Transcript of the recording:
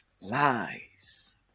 lies